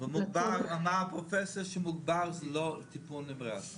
מוגבר אמר הפרופסור שמוגבר זה לא טיפול נמרץ.